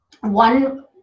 one